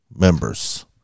members